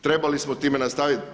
Trebali smo s time nastaviti.